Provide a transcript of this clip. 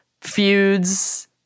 feuds